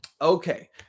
Okay